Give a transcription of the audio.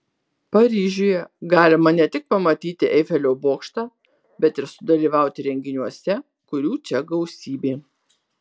paryžiuje galima ne tik pamatyti eifelio bokštą bet ir sudalyvauti renginiuose kurių čia gausybė